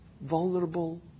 vulnerable